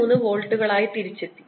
23 വോൾട്ടുകളായി തിരിച്ചെത്തി